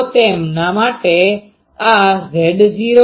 તો તેમના માટે આ Z0 ln S0